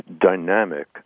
dynamic